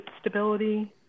stability